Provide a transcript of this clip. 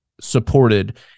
supported